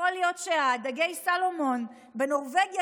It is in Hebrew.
יכול להיות שדגי הסלמון בנורבגיה,